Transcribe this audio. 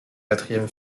quatrième